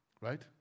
Right